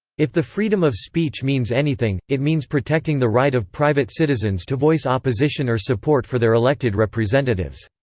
if the freedom of speech means anything, it means protecting the right of private citizens to voice opposition or support for their elected representatives.